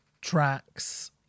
tracks